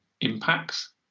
impacts